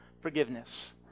forgiveness